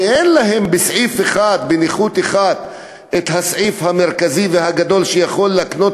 שאין להן בנכות אחת את הסעיף המרכזי והגדול שיכול להקנות